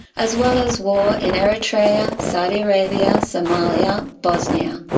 as well as war in eritrea, saudi arabia, somalia, bosnia.